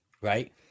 right